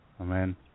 Amen